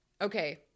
Okay